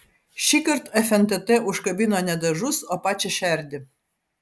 šįkart fntt užkabino ne dažus o pačią šerdį